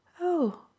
Oh